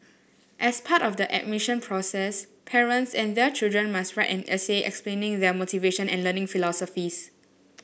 as part of the admission process parents and their children must write an essay explaining their motivation and learning philosophies